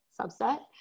subset